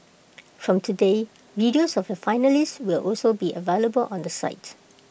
from today videos of the finalists will also be available on the site